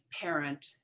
parent